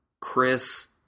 Chris